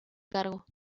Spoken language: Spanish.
cargo